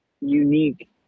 unique